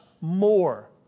more